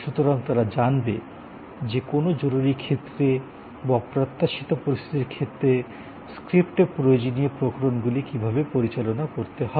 সুতরাং তারা জানবে যে কোনও জরুরী ক্ষেত্রে বা অপ্রত্যাশিত পরিস্থিতির ক্ষেত্রে চিত্রনাট্য প্রয়োজনীয় প্রকরণগুলি কীভাবে পরিচালনা করতে হবে